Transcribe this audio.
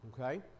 okay